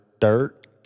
dirt